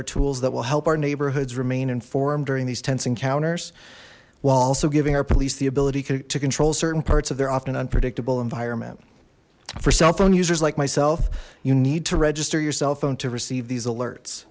e tools that will help our neighborhoods remain informed during these tense encounters while also giving our police the ability to control certain parts of their often an unpredictable environment for cell phone users like myself you need to register your cell phone to receive these alerts